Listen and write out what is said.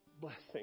blessing